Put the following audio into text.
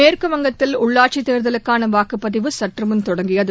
மேற்குவங்கத்தில் உள்ளாட்சித்தேர்தலுக்கான வாக்குப்பதிவு சற்றுமுன் தொடங்கியது